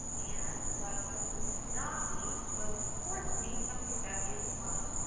and last but not least, most importantly, something that is fun.